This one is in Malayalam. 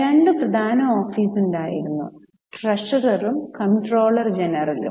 രണ്ട് പ്രധാന ഓഫീസ് ഉണ്ടായിരുന്നു ട്രഷററും കംട്രോളർ ജനറലും